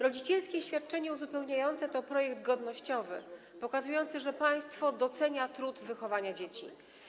Rodzicielskie świadczenie uzupełniające to projekt godnościowy, pokazujący, że państwo docenia trud wychowania dzieci.